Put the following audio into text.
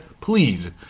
Please